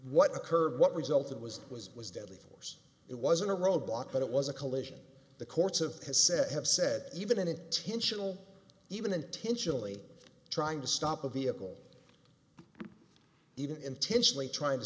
what occurred what resulted was was was deadly force it wasn't a road block but it was a collision the courts of has said have said even an intentional even intentionally trying to stop a vehicle even intentionally trying to